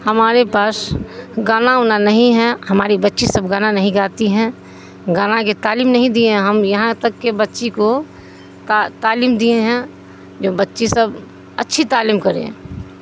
ہمارے پاس گانا انا نہیں ہے ہماری بچی سب گانا نہیں گاتی ہیں گانا کے تعلیم نہیں دیے ہیں ہم یہاں تک کہ بچی کو تعلیم دیے ہیں جو بچی سب اچھی تعلیم کریں